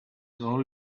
all